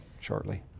shortly